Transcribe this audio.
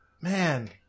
man